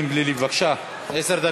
דקות.